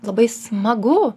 labai smagu